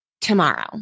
tomorrow